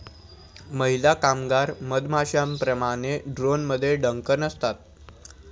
महिला कामगार मधमाश्यांप्रमाणे, ड्रोनमध्ये डंक नसतात